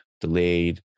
delayed